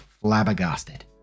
flabbergasted